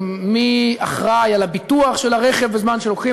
מי אחראי לביטוח של הרכב בזמן שלוקחים?